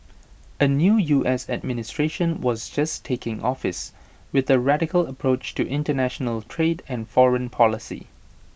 A new U S administration was just taking office with A radical approach to International trade and foreign policy